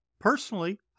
Personally